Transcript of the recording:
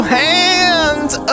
hands